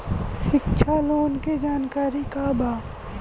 शिक्षा लोन के जानकारी का बा?